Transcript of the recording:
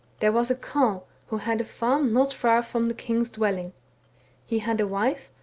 there was a carle who had a farm not far from the king's dwelling he had a wife,